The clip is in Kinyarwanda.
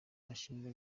ashinjwa